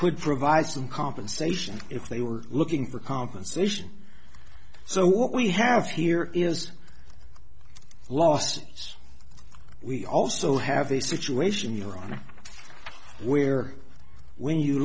could provide some compensation if they were looking for compensation so what we have here is lost we also have a situation in iran where when you